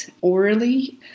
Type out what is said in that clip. orally